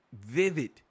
Vivid